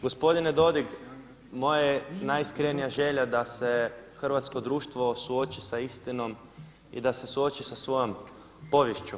Gospodine Dodig, moja je najiskrenija želja da se hrvatsko društvo suoči sa istinom i da se suoči sa svojom poviješću.